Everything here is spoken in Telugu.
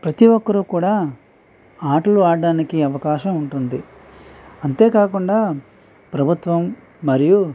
ప్రతి ఒక్కరు కూడా ఆటలు ఆడడానికి అవకాశం ఉంటుంది అంతేకాకుండా ప్రభుత్వం మరియు